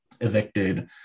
evicted